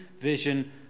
vision